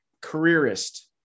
careerist